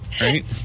right